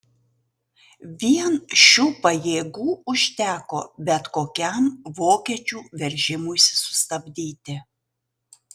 vien šių pajėgų užteko bet kokiam vokiečių veržimuisi sustabdyti